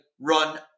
run